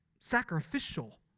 sacrificial